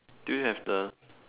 do you have the